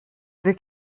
the